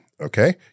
okay